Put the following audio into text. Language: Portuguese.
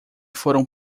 foram